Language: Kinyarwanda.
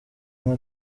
umwe